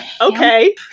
Okay